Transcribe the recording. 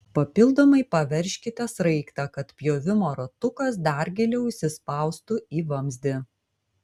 papildomai paveržkite sraigtą kad pjovimo ratukas dar giliau įsispaustų į vamzdį